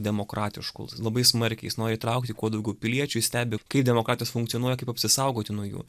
demokratišku labai smarkiai jis nori įtraukti kuo daugiau piliečių jis stebi kaip demokratijos funkcionuoja kaip apsisaugoti nuo jų